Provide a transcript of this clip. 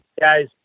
guys